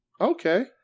Okay